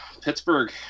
Pittsburgh